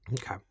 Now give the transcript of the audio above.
Okay